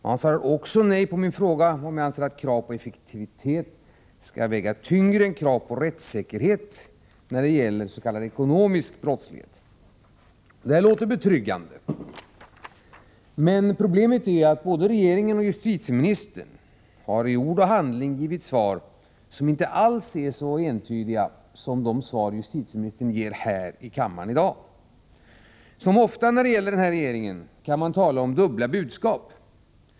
Han svarar också nej på min fråga om han anser att krav på effektivitet skall väga tyngre än krav på rättssäkerhet när det gäller s.k. ekonomisk brottslighet. Det här låter betryggande. Men problemet är att både regeringen och justitieministern i ord och handling har givit svar som inte alls är så entydiga som de svar justitieministern ger här i kammaren i dag. Som ofta när det gäller den här regeringen kan man tala om dubbla budskap.